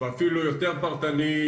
ואפילו יותר פרטני,